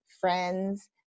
friends